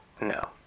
No